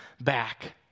back